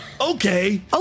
okay